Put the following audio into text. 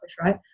right